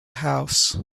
house